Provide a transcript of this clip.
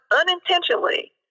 unintentionally